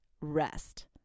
rest